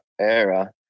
era